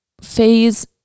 phase